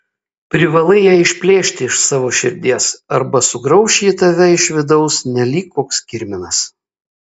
privalai ją išplėšti iš savo širdies arba sugrauš ji tave iš vidaus nelyg koks kirminas